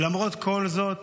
למרות כל זאת,